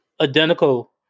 Identical